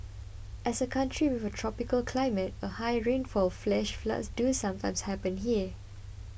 as a country with a tropical climate and high rainfall flash floods do sometimes happen here